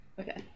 Okay